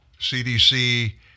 CDC